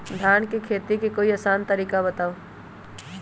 धान के खेती के कोई आसान तरिका बताउ?